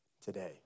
today